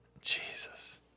Jesus